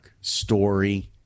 story